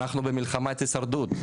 אנחנו במלחמת הישרדות,